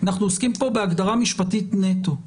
אנחנו עוסקים פה בהגדרה משפטית נטו.